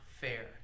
fair